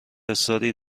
اصراری